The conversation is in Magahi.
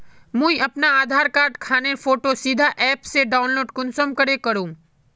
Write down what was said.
मुई अपना आधार कार्ड खानेर फोटो सीधे ऐप से डाउनलोड कुंसम करे करूम?